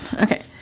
Okay